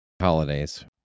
Holidays